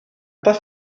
pas